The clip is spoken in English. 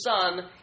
son